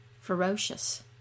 ferocious